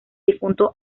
difunto